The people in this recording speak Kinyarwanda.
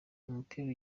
umupira